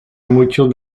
muchos